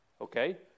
Okay